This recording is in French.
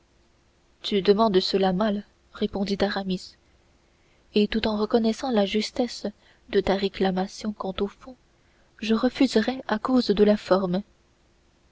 tu demandes cela mal répondit aramis et tout en reconnaissant la justesse de ta réclamation quant au fond je refuserais à cause de la forme